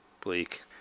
Bleak